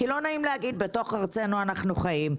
כי לא נעים להגיד, בתוך ארצנו אנחנו חיים.